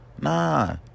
Nah